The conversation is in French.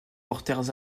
portent